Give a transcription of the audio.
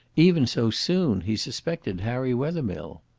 even so soon he suspected harry wethermill.